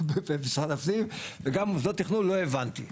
במשרד הפנים וגם במוסדות התכנון לא הבנתי.